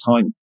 time